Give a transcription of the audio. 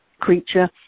creature